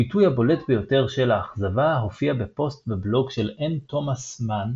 הביטוי הבולט ביותר של האכזבה הופיע בפוסט בבלוג של אן תומאס-מנס